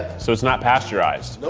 so it's not pasteurized? nope.